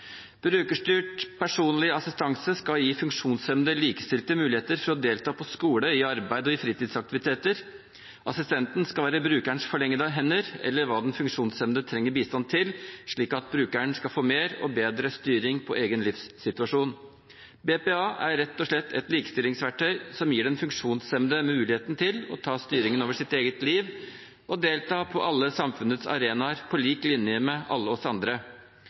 Brukerstyrt personlig assistanse skal gi funksjonshemmede likestilte muligheter for å delta på skole, i arbeid og på fritidsaktiviteter. Assistenten skal være brukerens forlengede hender – alt etter hva den funksjonshemmede trenger bistand til – slik at brukeren skal få mer og bedre styring på egen livssituasjon. BPA er rett og slett et likestillingsverktøy som gir den funksjonshemmede muligheten til å ta styring over sitt eget liv og til å delta på alle samfunnets arenaer på lik linje med alle oss andre.